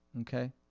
okay